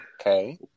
Okay